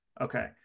okay